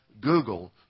Google